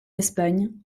espagne